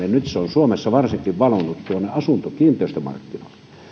nyt se on suomessa varsinkin valunut tuonne kiinteistömarkkinoille